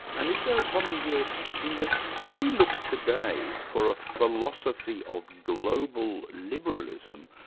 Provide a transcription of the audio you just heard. and is there a problem here in that if we look today for a philosophy of global liberalism,